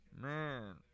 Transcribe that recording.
Man